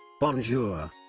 Bonjour